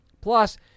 Plus